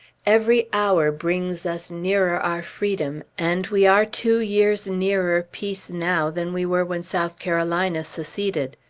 every hour brings us nearer our freedom, and we are two years nearer peace now than we were when south carolina seceded.